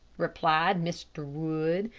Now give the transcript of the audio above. replied mr. wood.